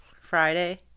Friday